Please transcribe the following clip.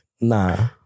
nah